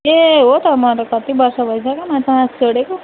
ए हो त म त कति बर्ष भइसक्यो माछामासु छोडेको